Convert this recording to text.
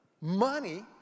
money